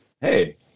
hey